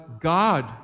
God